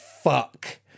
fuck